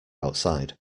outside